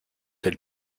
elles